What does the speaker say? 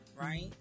Right